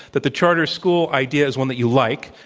that the charter school idea is one that you like.